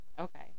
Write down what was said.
Okay